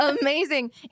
amazing